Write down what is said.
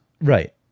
Right